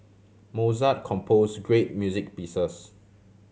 Mozart compose great music pieces